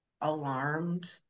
alarmed